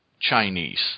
Chinese